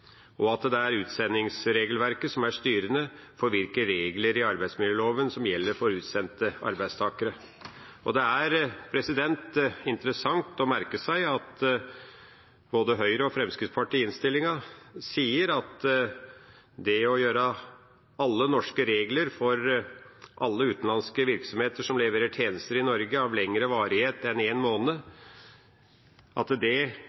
Det er utsendingsregelverket som er styrende for hvilke regler i arbeidsmiljøloven som gjelder for utsendte arbeidstakere. Det er interessant å merke seg at både Høyre og Fremskrittspartiet i innstillinga sier at det å gjøre alle norske regler gjeldende for alle utenlandske virksomheter som leverer tjenester i Norge av lengre varighet enn én måned, vil kunne komme i konflikt med EØS-avtalens regler om tjenestefrihet og med utsendingsdirektivet. Det